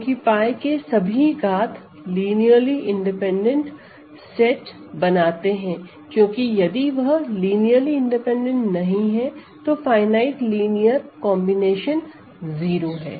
क्योंकि 𝝅 के सभी घात लिनियरली इंडिपैंडेंट सेट बनाते हैं क्योंकि यदि वह लिनियरली इंडिपैंडेंट नहीं है तो फाइनाईट लीनियर कॉम्बिनेशन 0 है